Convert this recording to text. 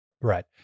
Right